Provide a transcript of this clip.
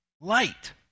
Light